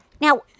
Now